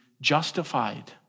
justified